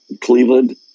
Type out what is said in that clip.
Cleveland